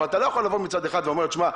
אבל מצד אחד, אתה לא יכול לבוא ולומר, תשמע,